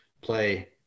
play